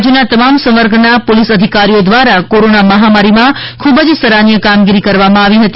રાજ્યનાં તમામ સંવર્ગનાં પોલીસ અધિકારીઓ દ્રારા કોરોના મહામારીમાં ખૂબ જ સરાહનીય કામગીરી કરવામાં આવી હતી